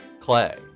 Clay